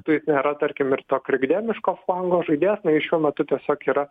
tai jis nėra tarkim ir to krikdemiško flango žaidėjas šiuo metu tiesiog yra